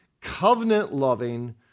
covenant-loving